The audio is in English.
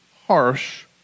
harsh